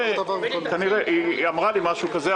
היא אמרה לי משהו כזה,